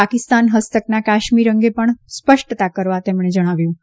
પાકિસ્તાન ફસ્તકના કાશ્મીર અંગે પણ સ્પષ્ટતા કરવા તેમણે જણાવ્યું હતું